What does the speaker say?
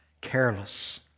careless